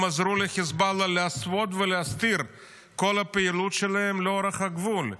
הם עזרו לחיזבאללה להסוות ולהסתיר את כל הפעילות שלהם לאורך הגבול.